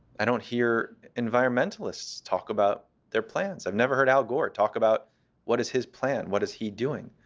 i don't hear environmentalists talk about their plans. i've never heard al gore talk about what is his plan, what is he doing.